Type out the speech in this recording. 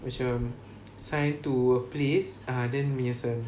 macam sign to a place ah then menyesal